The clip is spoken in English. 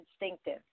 instinctive